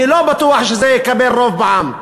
אני לא בטוח שזה לא יקבל רוב בעם,